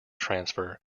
transfer